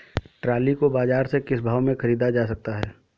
Trolley को बाजार से किस भाव में ख़रीदा जा सकता है?